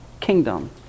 kingdom